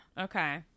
Okay